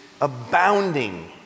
abounding